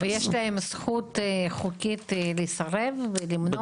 ויש להם זכות חוקית לסרב ולמנוע?